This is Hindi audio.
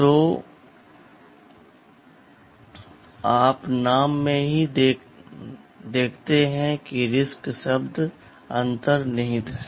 तो आप नाम में ही देखते हैं कि RISC शब्द अंतर्निहित है